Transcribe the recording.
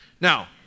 Now